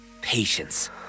patience